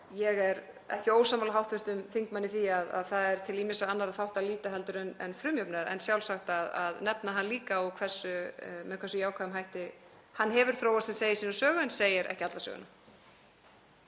Ég er ekki ósammála hv. þingmanni í því að það er til ýmissa annarra þátta að líta heldur en frumjafnaðar en það er sjálfsagt að nefna hann líka og með hversu jákvæðum hætti hann hefur þróast, sem segir sína sögu en segir ekki alla söguna.